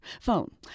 phone